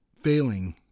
failing